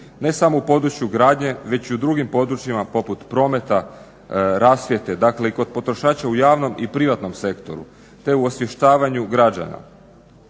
ne samo u području gradnje već i u drugim područjima poput prometa, rasvjete. Dakle i kod potrošača u javnom i privatnom sektoru te u osvještavanju građana.